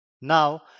Now